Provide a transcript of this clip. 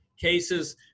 cases